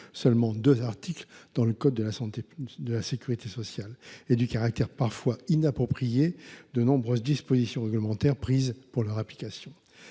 seulement deux articles dans le code de la sécurité sociale –, ainsi que du caractère parfois inapproprié des nombreuses dispositions réglementaires prises pour leur application.